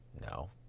no